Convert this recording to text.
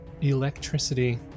electricity